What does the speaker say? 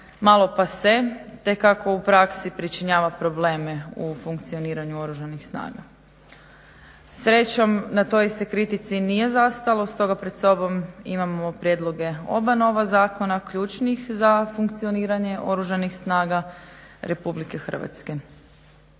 malo passe te kako u praksi pričinjava probleme u funkcioniranju Oružanih snaga. Srećom na toj se kritici nije zastalo stoga pred sobom imamo prijedloge oba nova zakona, ključnih za funkcioniranje Oružanih snaga RH.